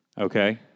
Okay